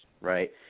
right